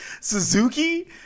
Suzuki